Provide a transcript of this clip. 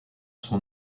son